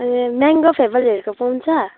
ए mango फ्लेभरहरूको पाउँछ